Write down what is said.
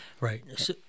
Right